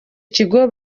kigo